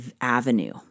avenue